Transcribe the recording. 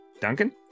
Duncan